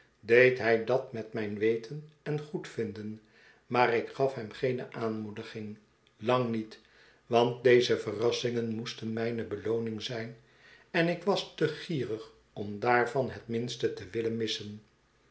deed hij dat met mijn weten en goedvinden maar ik gaf hem geene aanmoediging lang niet want deze verrassingen moesten mijne belooning zijn en ik was te gierig om daarvan het minste te willen missen